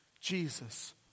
Jesus